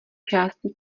části